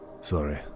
Sorry